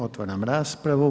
Otvaram raspravu.